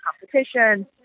competition